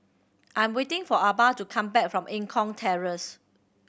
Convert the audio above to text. I'm waiting for Arba to come back from Eng Kong Terrace